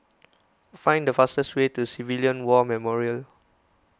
find the fastest way to Civilian War Memorial